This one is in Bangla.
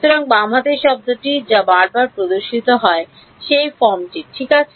সুতরাং বাম হাতের শব্দটি যা বারবার প্রদর্শিত হয় এই ফর্মটির ঠিক আছে